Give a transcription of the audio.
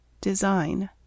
Design